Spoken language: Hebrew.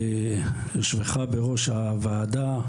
ביושבך בראש הוועדה,